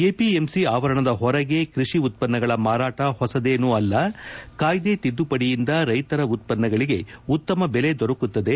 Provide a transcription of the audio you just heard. APMC ಆವರಣದ ಹೊರಗೆ ಕೈಷಿ ಉತ್ತನ್ನಗಳ ಮಾರಾಟ ಹೊಸದೇನು ಅಲ್ಲ ಕಾಯ್ದೆ ತಿದ್ದುಪಡಿಯಿಂದ ರೈತರ ಉತ್ತನ್ನಗಳಿಗೆ ಉತ್ತಮ ಬೆಲೆ ದೊರಕುತ್ತದೆ